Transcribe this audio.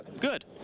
Good